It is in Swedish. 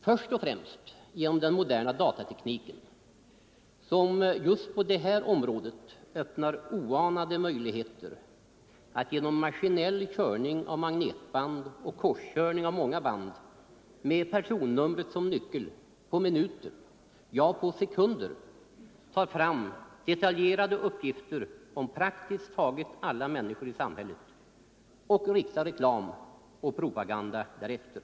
Först och främst genom den moderna datatekniken, som just på det här området öppnar oanade möjligheter att genom maskinell körning av magnetband och korskörning av många band med personnumret som nyckel, på minuter, ja sekunder, ta fram detaljerade uppgifter om praktiskt taget alla människor i samhället och rikta reklam och propaganda därefter.